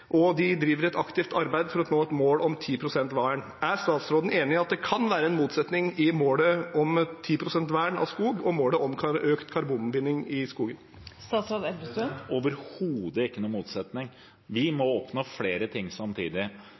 og de driver et aktivt arbeid for å nå et mål om 10 pst. vern. Er statsråden enig i at det kan være en motsetning i målet om 10 pst. vern av skog og målet om økt karbonbinding i skogen? Det er overhodet ikke noen motsetning. Vi må oppnå flere ting samtidig.